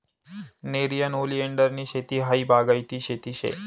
नेरियन ओलीएंडरनी शेती हायी बागायती शेती शे